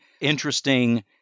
interesting